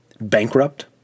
bankrupt